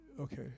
Okay